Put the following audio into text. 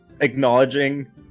acknowledging